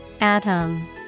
Atom